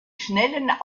schnellen